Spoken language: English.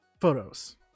photos